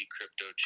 Crypto